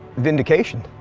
vindication.